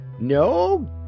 No